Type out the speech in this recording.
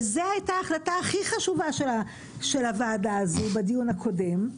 וזו הייתה ההחלטה הכי חשובה של הוועדה הזו בדיון הקודם.